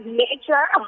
nature